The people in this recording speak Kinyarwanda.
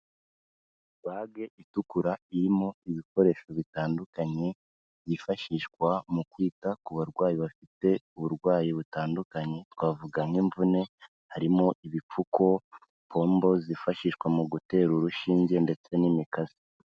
Bage itukura irimo ibikoresho bitandukanye, byifashishwa mu kwita ku barwayi bafite uburwayi butandukanye twavuga nk'imvune, harimo ibipfuko, pombo zifashishwa mu gutera urushinge ndetse n'imikasi.